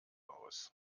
aus